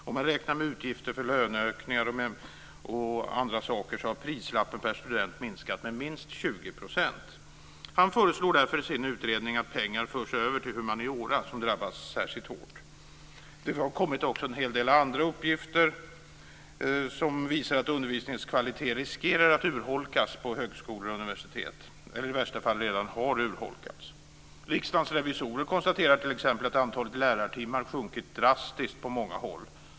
Om man räknar med utgifter för löneökningar och andra saker så har priset per student minskat med minst 20 %. Han föreslår därför i sin utredning att pengar förs över till humaniora som drabbats särskilt hårt. Det har också kommit en hel del andra uppgifter som visar att undervisningens kvalitet riskerar att urholkas på högskolor och universitet eller i värsta fall redan har urholkats. Riksdagens revisorer konstaterar t.ex. att antalet lärartimmar har minskat drastiskt på många håll.